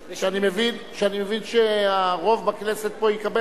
ואני מבין שהרוב פה בכנסת יקבל